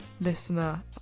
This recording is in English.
listener